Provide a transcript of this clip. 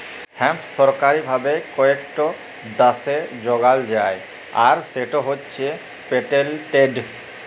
hemp সরকারি ভাবে কয়েকট দ্যাশে যগাল যায় আর সেট হছে পেটেল্টেড